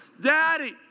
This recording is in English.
Daddy